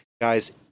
Guys